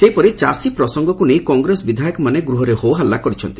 ସେହିପରି ଚାଷୀ ପ୍ରସଙ୍ଗକୁ ନେଇ କଂଗ୍ରେସ ବିଧାୟକମାନେ ଗୃହରେ ହୋହଲ୍ଲୁ କରିଛନ୍ତି